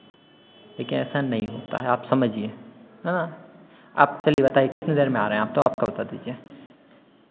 देखिए ऐसा नहीं होता है आप समझिए है ना आप चलिए बताइए कितने देर में आ रहे हैं आप तो आपका बता दीजिए